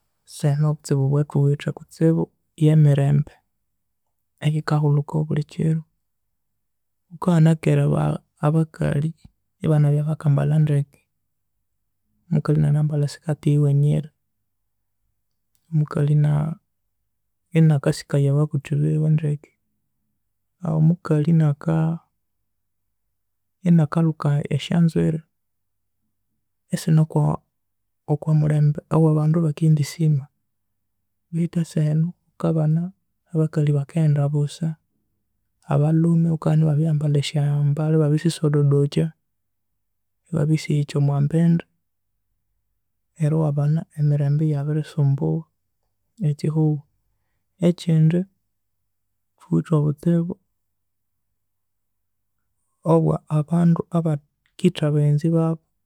Esaha enu obustibu obwathuwithe kutsibu ye mirembe eyikahulhuka obulikiro, ghukabana kera aba- abakalhi ebanabya bakambalha ndeke, omukalhi enanambalha sikathi yiwe nyiri, omukalhi ina- inaka sikaya ababuthi biwe ndeke, omukalhi inaka inakalhuka esyonzwiri esino okwa okwa mulhembe beithu esaha enu ghukabana abakalhi bakaghenda busa, abalhume ghukabana ebabiryambalha esyambalhi ebabirisisododokya, ebabisihikya omwa mbindi neru ewabana emirembe eyabirisumbuwa nekihugho, ekindi thuwithe ekistibu ekyabandu abakitha baghenzi babu.